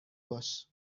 باش